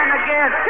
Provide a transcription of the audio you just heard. again